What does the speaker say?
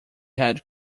had